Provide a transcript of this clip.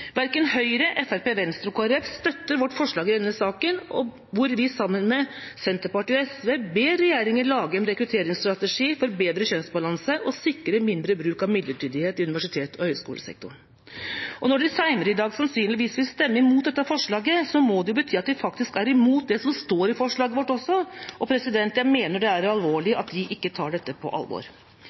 Verken Høyre, Fremskrittspartiet, Venstre eller Kristelig Folkeparti støtter vårt forslag i denne saken, der vi sammen med Senterpartiet og SV ber regjeringa lage en rekrutteringsstrategi for bedre kjønnsbalanse og sikre mindre bruk av midlertidighet i universitets- og høyskolesektoren. Når de senere i dag sannsynligvis vil stemme imot dette forslaget, må det bety at de faktisk er imot det som står i forslaget vårt, også. Jeg mener det er alvorlig at de ikke tar dette på alvor.